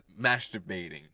masturbating